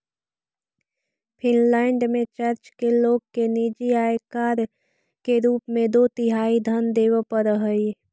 Finland में church के लोग के निजी आयकर के रूप में दो तिहाई धन देवे पड़ऽ हई